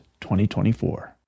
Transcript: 2024